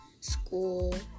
school